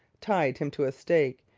tied him to a stake,